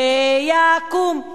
ש-י-ק-ו-ם.